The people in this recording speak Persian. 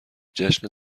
جشن